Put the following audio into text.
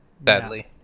Badly